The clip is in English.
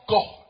God